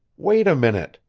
wait a minute,